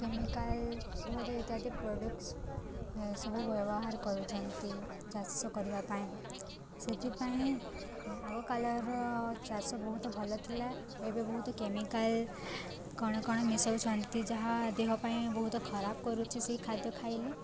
chemical ବହୁତ ଇତ୍ୟାଦି products ସବୁ ବ୍ୟବହାର କରୁଛନ୍ତି ଚାଷ କରିବା ପାଇଁ ସେଥିପାଇଁ ଆଗ କାଳର ଚାଷ ବହୁତ ଭଲ ଥିଲା ଏବେ ବହୁତ କେମିକାଲ କଣ କଣ ମିଶଉଛନ୍ତି ଯାହା ଦେହ ପାଇଁ ବହୁତ ଖରାପ କରୁଛି ସେଇ ଖାଦ୍ୟ ଖାଇଲେ